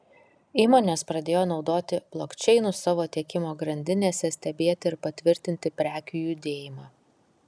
įmonės pradėjo naudoti blokčeinus savo tiekimo grandinėse stebėti ir patvirtinti prekių judėjimą